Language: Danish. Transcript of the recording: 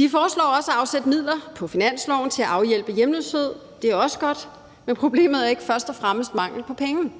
Rådet foreslår også at afsætte midler på finansloven til at afhjælpe hjemløshed. Det er også godt, men problemet er ikke først og fremmest mangel på penge.